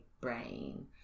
brain